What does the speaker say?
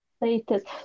latest